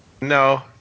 No